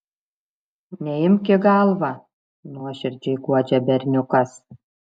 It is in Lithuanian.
neimk į galvą nuoširdžiai guodžia berniukas